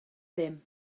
ddim